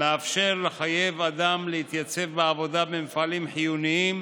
מאפשר לחייב אדם להתייצב בעבודה במפעלים חיוניים